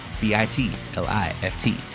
B-I-T-L-I-F-T